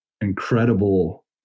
incredible